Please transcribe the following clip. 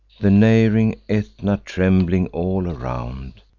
the neigh'ring aetna trembling all around,